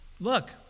Look